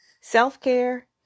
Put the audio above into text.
Self-care